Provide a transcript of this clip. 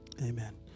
Amen